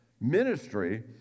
Ministry